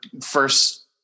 first